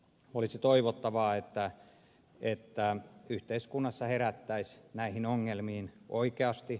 olisi toivottavaa että yhteiskunnassa herättäisiin näihin ongelmiin oikeasti